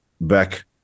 back